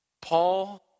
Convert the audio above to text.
Paul